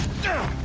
no